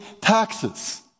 taxes